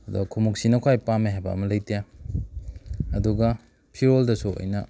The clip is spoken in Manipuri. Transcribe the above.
ꯑꯗꯣ ꯈꯣꯡꯎꯞꯁꯤꯅ ꯈ꯭ꯋꯥꯏꯗꯩ ꯄꯥꯝꯃꯦ ꯍꯥꯏꯕ ꯑꯃ ꯂꯩꯇꯦ ꯑꯗꯨꯒ ꯐꯤꯔꯣꯜꯗꯁꯨ ꯑꯩꯅ